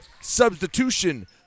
substitution